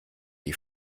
die